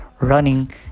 running